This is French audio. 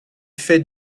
faits